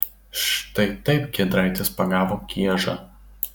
štai taip giedraitis pagavo kiežą